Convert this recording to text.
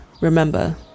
remember